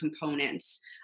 components